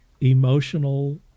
emotional